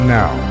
now